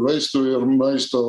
vaistų ir maisto